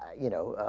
you know ah.